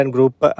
Group